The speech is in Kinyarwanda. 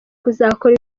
kuzakora